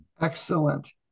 Excellent